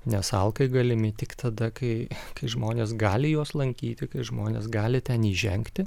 nes alkai galimi tik tada kai kai žmonės gali juos lankyti kai žmonės gali ten įžengti